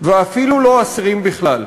ואפילו לא אסירים בכלל.